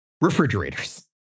Refrigerators